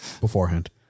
Beforehand